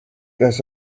this